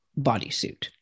bodysuit